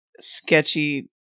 sketchy